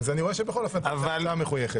אז אני רואה שבכל אופן הוועדה מחויכת.